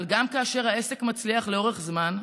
אבל גם כאשר העסק מצליח לאורך זמן,